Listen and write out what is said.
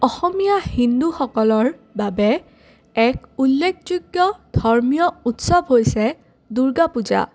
অসমীয়া হিন্দুসকলৰ বাবে এক উল্লেখযোগ্য ধৰ্মীয় উৎসৱ হৈছে দুৰ্গা পূজা